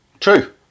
true